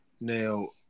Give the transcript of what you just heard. Now